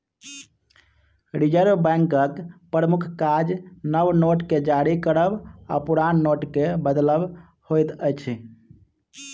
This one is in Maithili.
रिजर्व बैंकक प्रमुख काज नव नोट के जारी करब आ पुरान नोटके बदलब होइत अछि